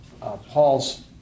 Paul's